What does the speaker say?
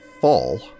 fall